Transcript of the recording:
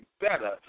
better